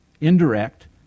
indirect